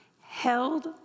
held